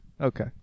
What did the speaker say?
okay